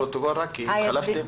לפרוטוקול רק, כי התחלפתם.